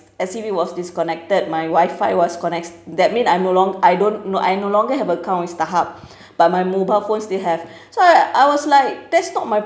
S_C_V was disconnected my wi-fi was connects that mean I'm no long I don't no I no longer have account with starhub but my mobile phones still have so I I was like that's not my